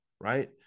Right